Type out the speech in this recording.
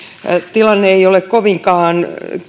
tilanne ei ole kovinkaan